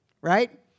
Right